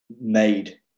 made